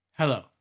Hello